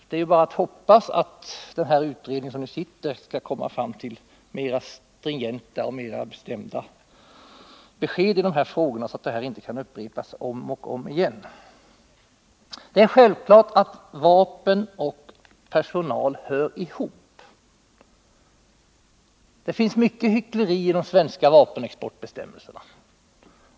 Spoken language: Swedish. Det är bara att hoppas att den sittande utredningen skall komma fram till mer stringenta och bestämda regler, så att detta inte kan upprepas om och om igen. Det är självklart att vapen och personal hör ihop. Det finns mycket hyckleri i de svenska vapenexportbestämmelserna.